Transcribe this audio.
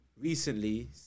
Recently